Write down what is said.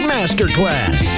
Masterclass